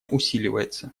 усиливается